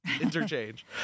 interchange